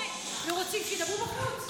אם הם רוצים, שידברו בחוץ.